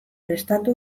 prestatu